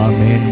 Amen